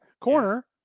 corner